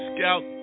Scout